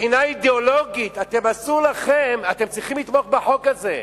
מבחינה אידיאולוגית אתם צריכים לתמוך בחוק הזה.